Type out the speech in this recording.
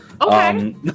Okay